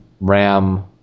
Ram